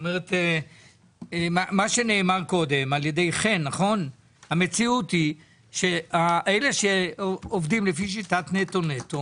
מה שנאמר קודם היא שהמציאות היא שאלה שעובדים לפי שיטת נטו-נטו